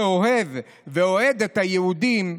שאוהב ואוהד את היהודים,